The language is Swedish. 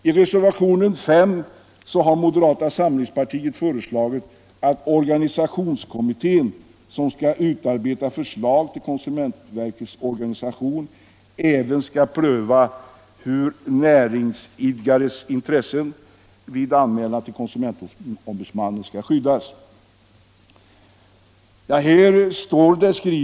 I reservationen 5 har moderata samlingspartiets företrädare föreslagit att den organisationskommitté som skall utarbeta förslag till konsumentverkets organisation även skall pröva hur näringsidkares intressen, vid anmälan till konsumentombudmannen, skall skyddas.